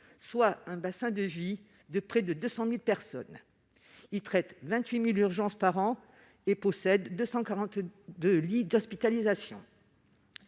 soit un bassin de vie de près de 200 000 personnes. Il traite 28 000 urgences par an et possède 242 lits d'hospitalisation.